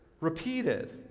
repeated